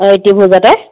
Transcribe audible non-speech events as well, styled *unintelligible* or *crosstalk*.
অঁ ইটো *unintelligible*